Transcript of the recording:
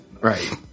right